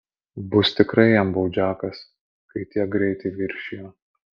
bus tikrai jam baudžiakas kai tiek greitį viršijo